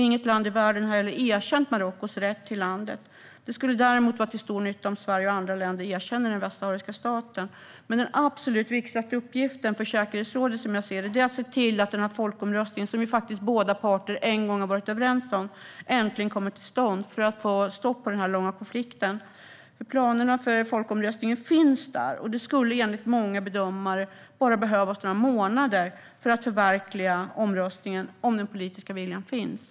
Inget land i världen har heller erkänt Marockos rätt till landet. Det skulle däremot vara till stor nytta om Sverige och andra länder erkänner den västsahariska staten. Den absolut viktigaste uppgiften för säkerhetsrådet är att se till att folkomröstningen, som faktiskt båda parter en gång har varit överens om, äntligen kommer till stånd för att få stopp på den långa konflikten. Planerna för folkomröstningen finns där. Det skulle enligt många bedömare bara behövas några månader för att förverkliga omröstningen, om den politiska viljan finns.